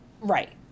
right